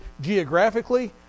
geographically